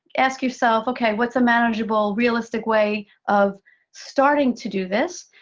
ask yourself, okay, what is a manageable, realistic way of starting to do this?